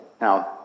Now